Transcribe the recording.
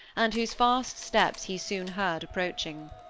and whose fast steps he soon heard approaching.